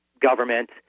government